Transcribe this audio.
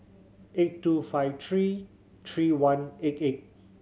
eight two five three three one eight eight